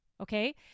Okay